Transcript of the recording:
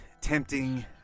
tempting